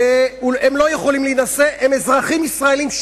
הם לא יכולים להינשא, שניהם אזרחים ישראלים,